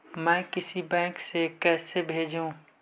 मैं किसी बैंक से कैसे भेजेऊ